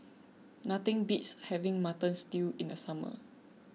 nothing beats having Mutton Stew in the summer